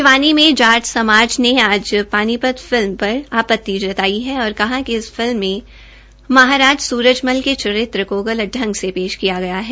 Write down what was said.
भिवानी में जाट समाज ने आज पानीपत फिल्म पर आपति जताई है और कहा कि इस फिल्म में महाराज सूरजमल के चरित्र को गलत ग से पेश किया गया है